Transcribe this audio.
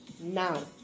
now